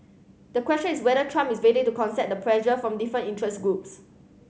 the question is whether Trump is ready to the pressure from different interest groups